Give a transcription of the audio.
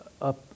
up